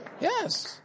Yes